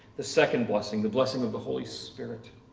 the second blessing, the blessing of the holy spirit.